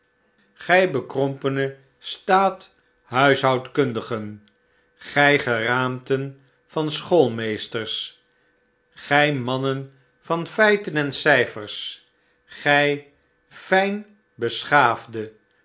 bekrompene staathuishoudkundigen gij geraamten van schoolmeesters gij mannen van feiten en cijfers gij fljn beschaafde